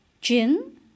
Gin